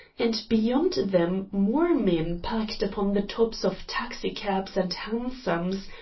and beyond them more men packed upon the tops of taxicabs and hansoms,